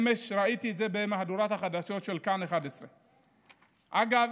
אמש ראיתי את זה במהדורת החדשות של כאן 11. אגב,